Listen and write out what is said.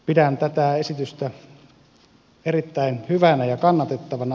pidän tätä esitystä erittäin hyvänä ja kannatettavana